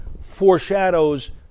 foreshadows